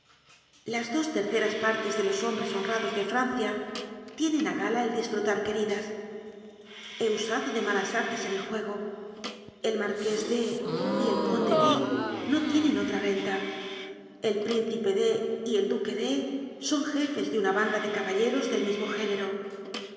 las dos terceras partes de los hombres honrados de francia tienen a gala el disfrutar queridas he usado de malas artes en el juego el marqués de y el conde de no tienen otra renta el príncipe de y el duque de son jefes de una banda de caballeros del mismo géne